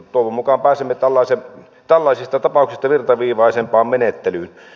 toivon mukaan pääsemme tällaisista tapauksista virtaviivaisempaan menettelyyn